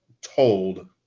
told